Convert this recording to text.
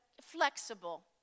flexible